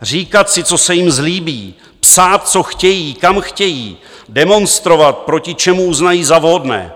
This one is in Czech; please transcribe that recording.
Říkat si, co se jim zlíbí, psát, co chtějí, kam chtějí, demonstrovat, proti čemu uznají za vhodné.